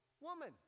woman